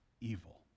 evil